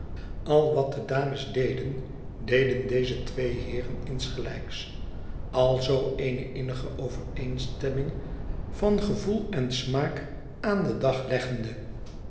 al wat de dames deden deden deze twee heeren insgelijks alzoo eene innige overeenstemming van gevoel en smaak aan den dag leggende